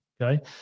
okay